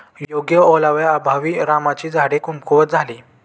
योग्य ओलाव्याअभावी रामाची झाडे कमकुवत झाली